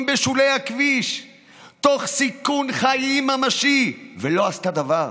בשולי הכביש תוך סיכון חיים ממשי ולא עשתה דבר?